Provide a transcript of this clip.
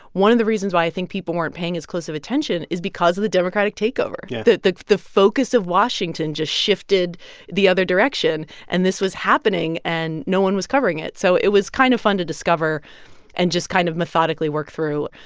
one of the reasons why i think people weren't paying as close of attention is because of the democratic takeover yeah the the focus of washington just shifted the other direction. and this was happening, and no one was covering it. so it was kind of fun to discover and just kind of methodically work through.